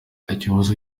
ikibazo